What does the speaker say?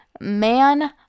man